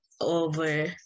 over